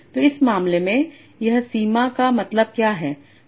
तो इस मामले में यह सीमा का मतलब क्या है